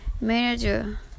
manager